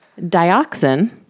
Dioxin